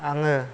आङो